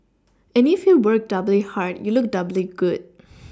and if you work doubly hard you look doubly good